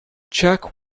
check